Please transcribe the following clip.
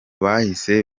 bahise